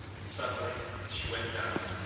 and suddenly she went down,